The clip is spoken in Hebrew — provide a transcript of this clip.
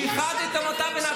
ישבתם בממשלה עם ערבים.